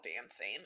dancing